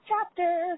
chapter